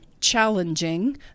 challenging